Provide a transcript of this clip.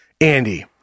Andy